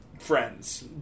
friends